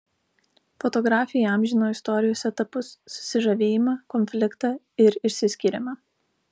fotografė įamžino istorijos etapus susižavėjimą konfliktą ir išsiskyrimą